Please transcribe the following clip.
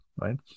right